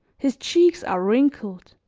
his cheeks are wrinkled,